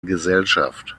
gesellschaft